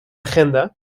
agenda